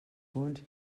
punts